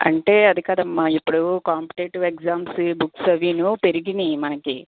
అంటే అది కాదమ్మా ఇప్పుడు కాంపిటేటివ్ ఎగ్జామ్స్ బుక్స్ అవన్నీ పెరిగాయి మనకి